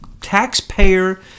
taxpayer